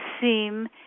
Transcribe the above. seem